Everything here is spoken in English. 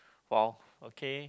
!wow! okay